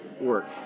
work